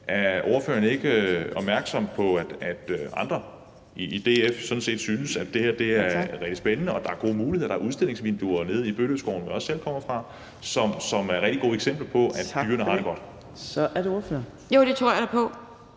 Er ordføreren ikke opmærksom på, at andre i DF sådan set synes, at det her er vældig spændende, og at der er gode muligheder; der er udstillingsvinduer nede i Bøtøskoven, hvor jeg også selv kommer fra, og de er rigtig gode eksempler på, at dyrene har det godt. Kl. 11:57 Tredje næstformand (Trine